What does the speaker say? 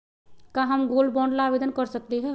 का हम gold bond ला आवेदन कर सकली ह?